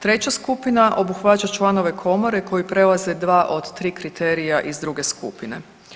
Treća skupina obuhvaća članove komore koji prelaze dva od tri kriterija iz druge skupine.